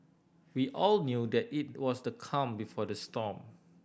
we all knew that it was the calm before the storm